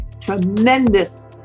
tremendous